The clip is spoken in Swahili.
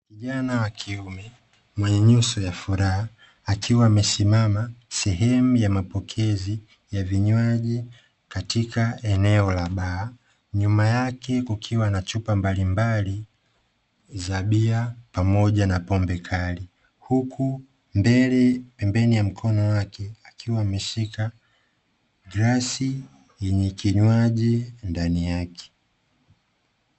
Kijana wa kiume mwenye nyuso ya furaha, akiwa amesimama sehemu ya mapokezi ya vinywaji katika eneo la baa, nyuma yake kukiwa na chupa mbalimbali za bia pamoja na pombe kali, huku mbele pembeni ya mkono wake akiwa ameshika glasi yenye kinywaji ndani yake.